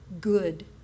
good